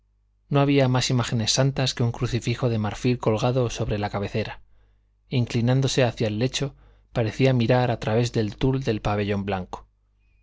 no había más imágenes santas que un crucifijo de marfil colgado sobre la cabecera inclinándose hacia el lecho parecía mirar a través del tul del pabellón blanco